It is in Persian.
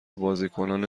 بازیکنان